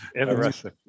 Interesting